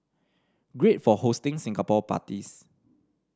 great for hosting Singapore parties